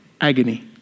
agony